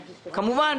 כמובן,